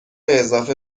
اضافه